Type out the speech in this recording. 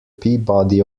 peabody